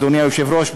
אדוני היושב-ראש,